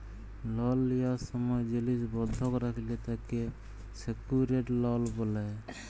লল লিয়ার সময় জিলিস বন্ধক রাখলে তাকে সেক্যুরেড লল ব্যলে